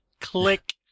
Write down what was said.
Click